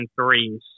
threes